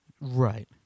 Right